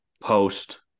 post